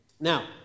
Now